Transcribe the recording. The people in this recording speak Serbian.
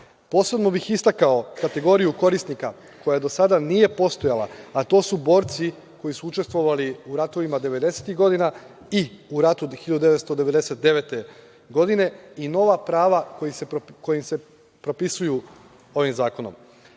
bih istakao kategoriju korisnika koja do sada nije postojala, a to su borci koji su učestvovali u ratovima 90-ih godina i u ratu 1999. godine i nova prava koji se propisuju ovim zakonom.